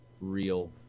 real